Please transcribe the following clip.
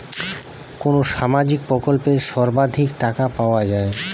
কোন সামাজিক প্রকল্পে সর্বাধিক টাকা পাওয়া য়ায়?